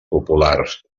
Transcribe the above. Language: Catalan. populars